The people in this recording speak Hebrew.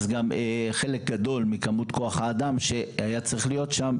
גם חלק גדול מכמות כוח האדם שהיה צריך להיות שם,